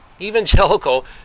evangelical